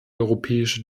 europäische